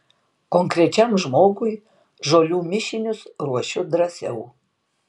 konkrečiam žmogui žolių mišinius ruošiu drąsiau